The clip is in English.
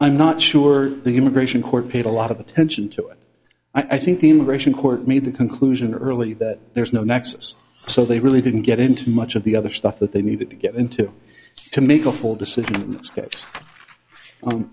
i'm not sure the immigration court paid a lot of attention to it i think the immigration court made the conclusion early that there's no nexus so they really didn't get into much of the other stuff that they needed to get into to make a full decision